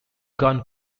gun